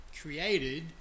created